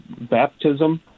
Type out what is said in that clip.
baptism